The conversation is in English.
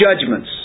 judgments